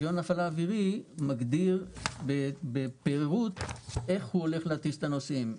רישיון להפעלה אווירי מגדיר בפירוט איך הוא הולך להטיס את הנוסעים.